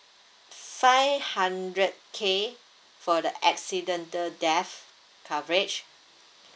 five hundred K for the accidental death coverage